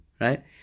right